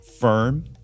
firm